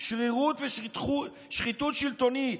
שרירות ושחיתות שלטונית.